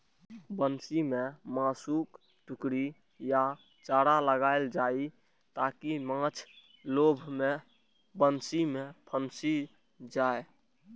बंसी मे मासुक टुकड़ी या चारा लगाएल जाइ, ताकि माछ लोभ मे बंसी मे फंसि जाए